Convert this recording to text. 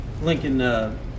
Lincoln